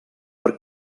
per